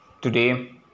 today